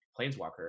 planeswalker